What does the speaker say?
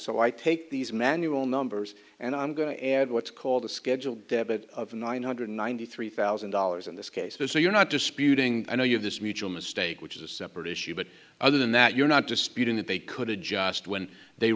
so i take these manual numbers and i'm going to add what's called a schedule debit of nine hundred ninety three thousand dollars in this case is so you're not disputing i know you have this mutual mistake which is a separate issue but other than that you're not disputing that they could adjust when they